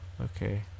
okay